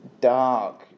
dark